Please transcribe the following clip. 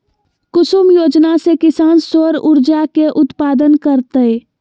कुसुम योजना से किसान सौर ऊर्जा के उत्पादन करतय